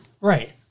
Right